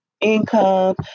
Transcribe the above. income